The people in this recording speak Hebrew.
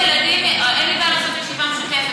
אין לי בעיה לעשות ישיבה משותפת,